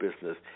business